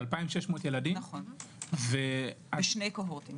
שני קוהוטים.